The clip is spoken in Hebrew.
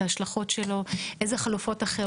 את ההשלכות שלו, איזה חלופות אחרות.